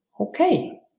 okay